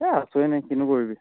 এ আছোঁ এনেই কিনো কৰিবি